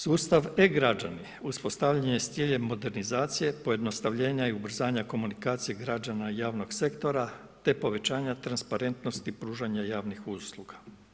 Sustav e-građani uspostavljen je s ciljem modernizacije, pojednostavljenja i ubrzanja komunikacije građana i javnog sektora te povećanja transparentnosti pružanja javnih usluga.